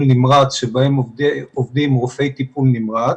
נמרץ שבהם עובדים רופאי טיפול נמרץ,